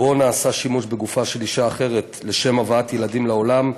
שבו נעשה שימוש בגופה של אישה אחרת לשם הבאת ילדים לעולם,